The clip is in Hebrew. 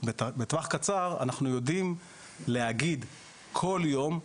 לטווח קצר אנחנו יודעים להגיד כל יום,